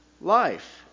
life